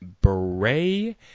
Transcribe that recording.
Bray